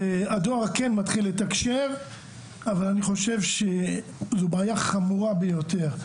הדואר כן מתחיל לתקשר אבל אני חושב שזו בעיה חמורה ביותר.